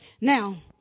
Now